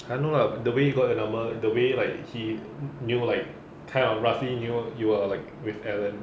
I know lah the way he got your number the way like he knew like kind of roughly knew you were like with alan